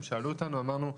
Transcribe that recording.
הם שאלו אותנו, אמרנו 'תראו,